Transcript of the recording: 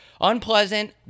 unpleasant